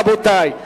רבותי,